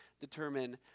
determine